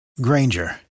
Granger